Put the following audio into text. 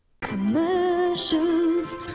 Commercials